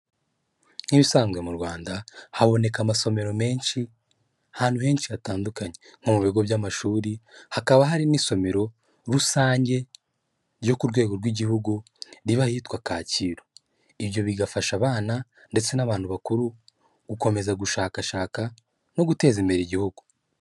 Nk'ibisanzwe mu Rwanda haboneka amasomero menshi ahantu henshi hatandukanye nko mu bigo by'amashuri, hakaba hari n'isomero rusange ryo ku rwego rw'igihugu riba ahitwa Kacyiru, ibyo bigafasha abana ndetse n'abantu bakuru gukomeza gushakashaka no guteza imbere igihugu.